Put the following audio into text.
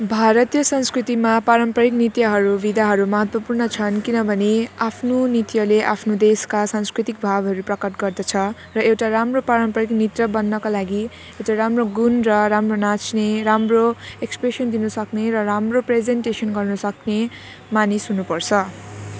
भारतीय संस्कृतिमा पारम्परिक नृत्यहरू विधाहरू महत्त्वपूर्ण छन् किनभने आफ्नो नृत्यले आफ्नो देशका संस्कृतिक भावहरू प्रकट गर्दछ र एउटा राम्रो पारम्पारिक नर्तक बन्नका लागि एउटा राम्रो गुण र राम्रो नाच्ने राम्रो एक्सप्रेसन दिनुसक्ने र राम्रो प्रेजेनटेसन गर्नुसक्ने मानिस हुनुपर्छ